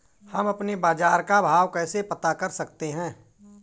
हम अपने बाजार का भाव कैसे पता कर सकते है?